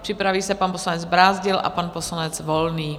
Připraví se pan poslanec Brázdil a pan poslanec Volný.